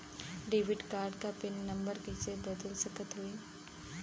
Debit card क PIN number कइसे बदल सकत हई?